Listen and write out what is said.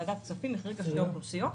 וועדת הכספים החריגה שתי אוכלוסיות,